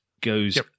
goes